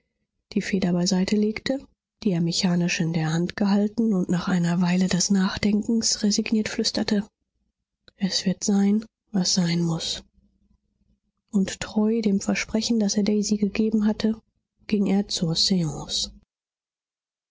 die feder beiseite legte die er mechanisch in der hand gehalten und nach einer weile des nachdenkens resigniert flüsterte es wird sein was sein muß und treu dem versprechen das er daisy gegeben hatte ging er zur